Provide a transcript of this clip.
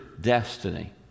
destiny